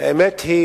האמת היא